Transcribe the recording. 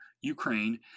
Ukraine